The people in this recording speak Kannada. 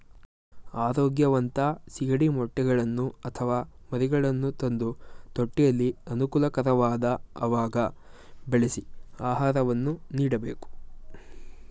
ಆರೋಗ್ಯವಂತ ಸಿಗಡಿ ಮೊಟ್ಟೆಗಳನ್ನು ಅಥವಾ ಮರಿಗಳನ್ನು ತಂದು ತೊಟ್ಟಿಯಲ್ಲಿ ಅನುಕೂಲಕರವಾದ ಅವಾಗ ಬೆಳೆಸಿ ಆಹಾರವನ್ನು ನೀಡಬೇಕು